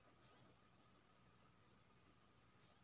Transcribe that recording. आलू के नमी के कम करय के लिये की करबै?